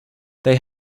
they